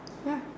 ya